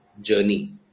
journey